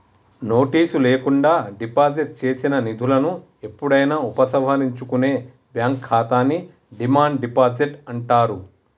notice లేకుండా deposit చేసిన నిధులను ఎప్పుడైనా ఉపసంహరించుకునే బ్యాంక్ ఖాతాని డిమాండ్ డిపాజిట్ అంటారు